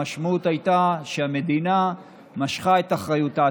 המשמעות הייתה שהמדינה משכה את אחריותה.